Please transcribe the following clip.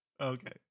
Okay